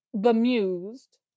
bemused